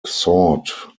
sought